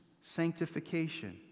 sanctification